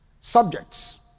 Subjects